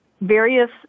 various